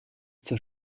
zur